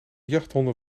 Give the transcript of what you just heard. jachthonden